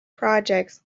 projects